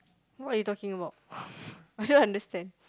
what you talking about I don't understand